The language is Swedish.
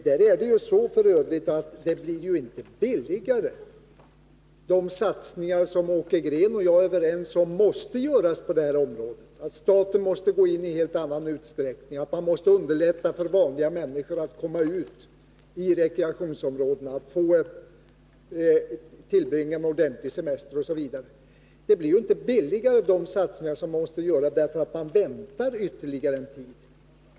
Och det blir ju inte f. ö. billigare längre fram. De satsningar, som Åke Green och jag är överens om, måste göras på detta område. Staten måste gå in i en helt annan utsträckning. Man måste underlätta för vanliga människor att komma ut i rekreationsområdena, att få tillbringa en ordentlig semester osv. De satsningar som måste göras blir ju inte billigare genom att man väntar ytterligare en tid.